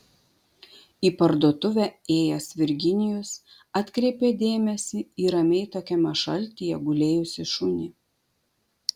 į parduotuvę ėjęs virginijus atkreipė dėmesį į ramiai tokiame šaltyje gulėjusį šunį